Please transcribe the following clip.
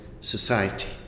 society